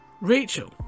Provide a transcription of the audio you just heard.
Rachel